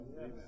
Yes